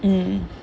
mm